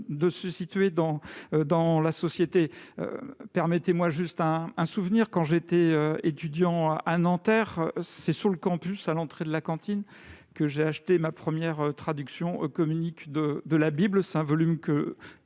de se situer dans la société. Permettez-moi d'évoquer à ce titre un souvenir : quand j'étais étudiant à Nanterre, c'est sur le campus, à l'entrée de la cantine, que j'ai acheté ma première traduction oecuménique de la Bible. J'ai encore ce